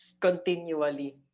continually